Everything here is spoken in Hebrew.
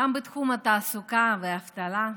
גם בתחום התעסוקה והאבטלה.